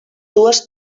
dues